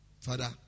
Father